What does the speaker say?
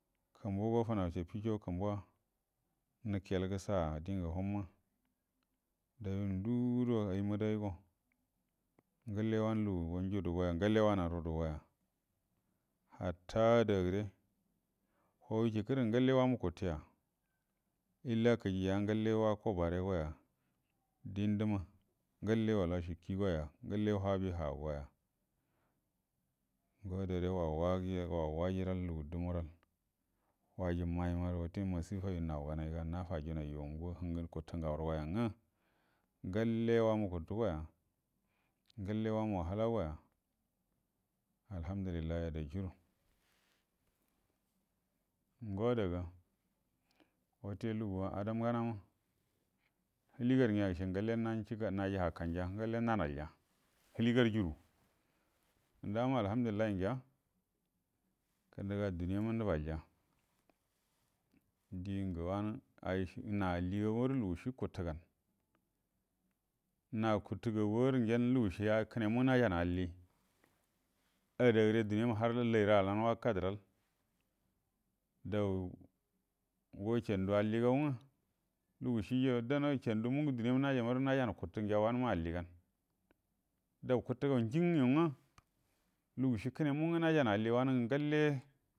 Kumbugo funau shafisho kumbuwa nikiyal gə saga dingə humma dauyu anduu gudo ayi mbədaigo ngalle wannə lugugo njudugoya ngalle wananə rudugoya hatta ada gəre huwawi jikəra ngalle wamu guttəya illa kəjija nga ngalle wako bare goya dindəma ngalle wal washi kii goya ngalle whabi ha goya aduga wau waji wau wajiral lugu dumural waji mai marə wute masifa yunau ganai ga nafajunai yu ngə guttu ngau ro yanga ngalle wamu ghuttugoya ngalle wamu wahala goya alhamdulillahi adachul ngodaga wute luguwa adamgana ma linligarə nya ishe ngalle nanə cika naji akkanja ngalle nana iya hiligarə juru dama alhamdulillahi ngiya kəndəga duniyama rubalya dingə wanə na alligagu warə lugushi guttuganə na guttugagu warə ngenə lugushi kənemu najanə alli adare duniya harrə laira all anə wakadəral dango shandu alligau nga lugushiju danəna duniyama najaimarə najanə guttu ngiya wannə marə alligana dau guttugau njinə yu ngə lugushi kənemu najanə alli wanə ngalle